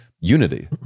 unity